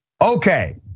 Okay